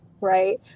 right